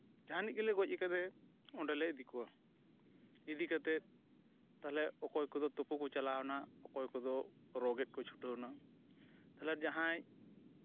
ᱡᱟᱦᱟᱱᱤᱡ ᱜᱮᱞᱮ ᱜᱚᱡ ᱠᱟᱫᱮ ᱚᱸᱰᱮᱞᱮ ᱤᱫᱤ ᱠᱚᱣᱟ ᱤᱫᱤ ᱠᱟᱛᱮᱫ ᱛᱟᱦᱞᱮ ᱚᱠᱚᱭ ᱠᱚᱫᱚ ᱛᱩᱯᱩᱞᱮ ᱪᱟᱞᱟᱣᱱᱟ ᱚᱠᱚᱭ ᱡᱚᱫᱚ ᱨᱚᱼᱜᱮᱫ ᱠᱚ ᱪᱷᱩᱴᱟᱹᱣᱱᱟ ᱛᱟᱦᱞᱮ ᱡᱟᱦᱟᱸᱭ